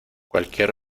cualquier